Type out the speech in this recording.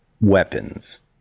weapons